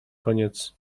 koniec